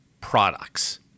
products